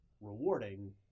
rewarding